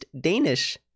Danish